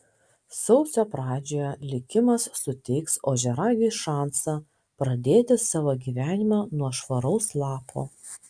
sausio pradžioje likimas suteiks ožiaragiui šansą pradėti savo gyvenimą nuo švaraus lapo